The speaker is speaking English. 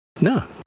No